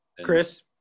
Chris